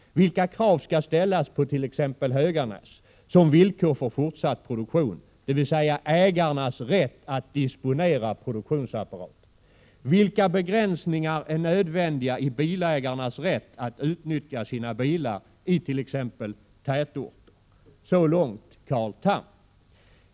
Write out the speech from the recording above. Vilka krav skall ställas på tex Höganäs som villkor för fortsatt produktion, dvs ägarnas rätt att disponera produktionsapparaten? Vilka begränsningar är nödvändiga i bilägarnas rätt att utnyttja sina bilar tex i tätorter?” Så långt Carl Tham.